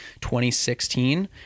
2016